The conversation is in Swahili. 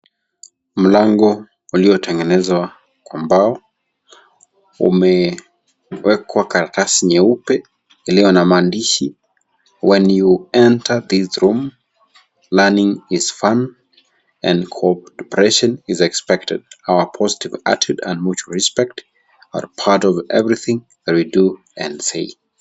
Mlango uliotengenezwa kwa mbao umewekwa karatasi nyeupe iliyo na maandishi when you enter this room, learning is fun and cooperation is expected. Our post artvand mutual respect are part of everything we do and say .